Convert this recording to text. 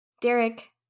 Derek